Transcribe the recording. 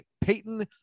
Peyton